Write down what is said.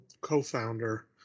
co-founder